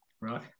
right